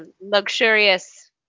luxurious